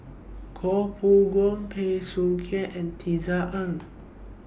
Koh Poh Koon Bey Soo Khiang and Tisa Ng